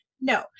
no